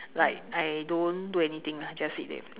like I don't do anything lah just sit there